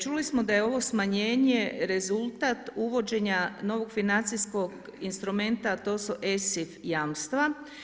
Čuli smo da je ovo smanjenje rezultat uvođenja novog financijskog instrumenta a to su ESIF jamstva.